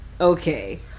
okay